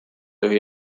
juhi